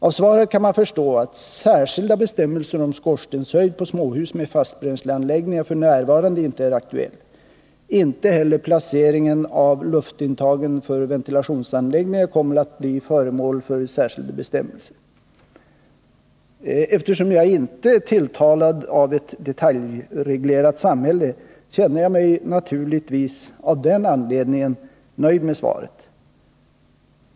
Av svaret kan man förstå att särskilda bestämmelser om skorstenshöjd på småhus med fastbränsleanläggningar f.n. inte är aktuella. Inte heller placeringen av luftintagen för ventilationsanläggningar kommer att bli föremål för särskilda bestämmelser. Eftersom jag inte är tilltalad av ett detaljreglerat samhälle känner jag mig naturligtvis, av den anledningen, nöjd med svaret.